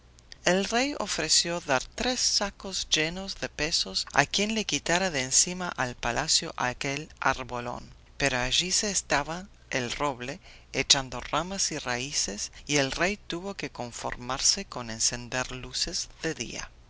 el rey ofreció dar tres sacos llenos de pesos a quien le quitara de encima al palacio aquel arbolón pero allí se estaba el roble echando ramas y raíces y el rey tuvo que conformarse con encender luces de día